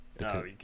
No